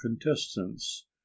contestants